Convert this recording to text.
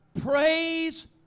Praise